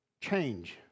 change